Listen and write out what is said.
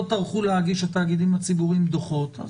התאגידים הציבוריים לא טרחו להגיש דוחות.